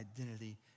identity